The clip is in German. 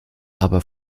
aber